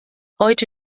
heute